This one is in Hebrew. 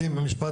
משפט